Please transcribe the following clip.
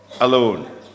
alone